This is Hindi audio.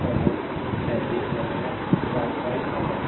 और यह करंट यह है यह आपका है यह आपका नोड है ए